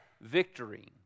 victory